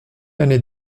années